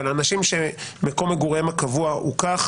אבל אנשים שמקום מגוריהם הקבוע הוא כך